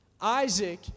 Isaac